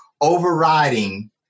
overriding